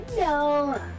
no